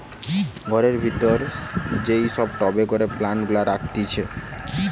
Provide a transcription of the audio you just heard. ঘরের ভিতরে যেই সব টবে করে প্লান্ট গুলা রাখতিছে